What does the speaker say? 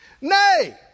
Nay